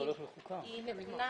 נתונים